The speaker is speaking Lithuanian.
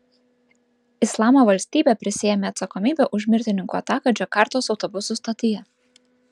islamo valstybė prisiėmė atsakomybę už mirtininkų ataką džakartos autobusų stotyje